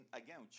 again